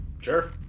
sure